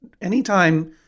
Anytime